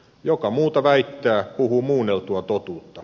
joka muuta väittää puhuu muunneltua totuutta